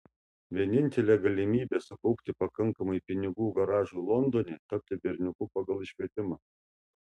vienintelė galimybė sukaupti pakankamai pinigų garažui londone tapti berniuku pagal iškvietimą